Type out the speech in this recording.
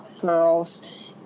girls